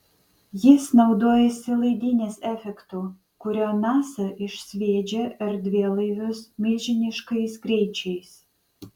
jis naudojasi laidynės efektu kuriuo nasa išsviedžia erdvėlaivius milžiniškais greičiais